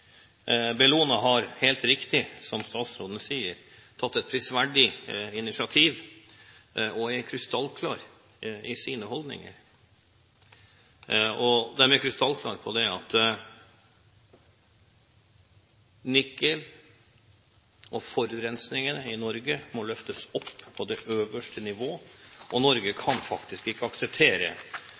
har helt riktig, som statsråden sier, tatt et prisverdig initiativ, og er krystallklare i sine holdninger. De er krystallklare på at Nikel og forurensningen i Norge må løftes opp på det øverste nivå, og Norge kan faktisk ikke akseptere